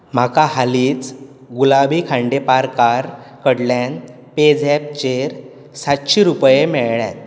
म्हाका हालींच गुलाबी खांडेपारकार कडल्यान पेझॅपचेर सातशीं मेळ्ळ्यात